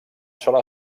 sola